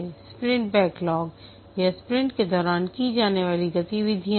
sprint backlog यह sprint के दौरान की जाने वाली गतिविधियाँ हैं